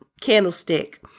candlestick